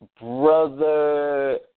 brother